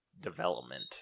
development